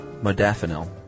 Modafinil